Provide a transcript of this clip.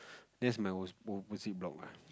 that's my was opposite block ah